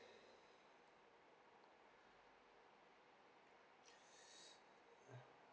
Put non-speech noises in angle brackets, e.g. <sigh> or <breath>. <breath> <noise>